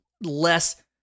less